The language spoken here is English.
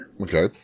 Okay